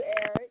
Eric